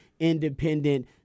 independent